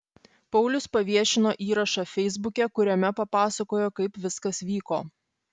paulius paviešino įrašą feisbuke kuriame papasakojo kaip viskas vyko